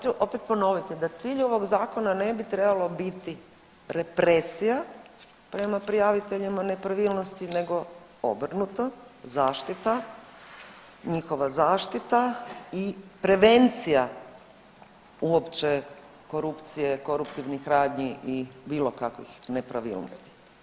Dakle, sad ću opet ponoviti da cilj ovog zakona ne bi trebalo biti represija prema prijaviteljima nepravilnosti, nego obrnuto zaštita, njihova zaštita i prevencija uopće korupcije, koruptivnih radnji i bilo kakvih nepravilnosti.